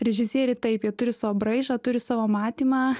režisieriai taip jie turi savo braižą turi savo matymą